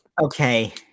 Okay